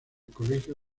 colegio